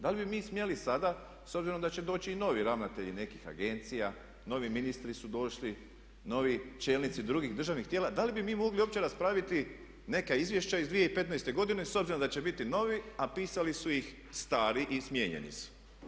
Da li bi mi smjeli sada s obzirom da će doći i novi ravnatelji nekih agencija, novi ministri su došli, novi čelnici drugih državnih tijela, da li bi mi mogli uopće raspraviti neka izvješća iz 2015.godine s obzirom da će biti novi a pisali su ih stari i smijenjeni su.